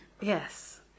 Yes